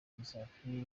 musafiri